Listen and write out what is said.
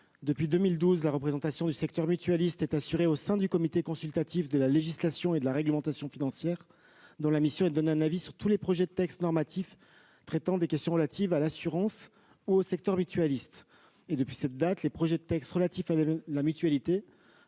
Depuis 2012, la représentation du secteur mutualiste est assurée au sein du Comité consultatif de la législation et de la réglementation financières (CCLRF), dont la mission est de donner un avis sur tous les projets de textes normatifs traitant des questions relatives à l'assurance ou au secteur mutualiste. Depuis cette date, les projets de textes relatifs à la mutualité